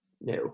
No